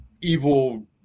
evil